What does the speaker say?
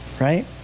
Right